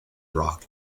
rock